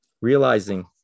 realizing